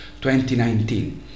2019